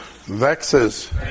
vexes